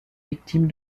victime